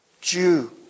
Jew